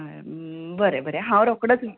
बरें बरें हांव रोखडोच